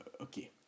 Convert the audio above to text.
okay